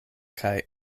kaj